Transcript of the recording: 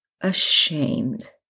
ashamed